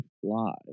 Fly